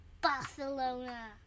Barcelona